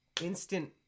instant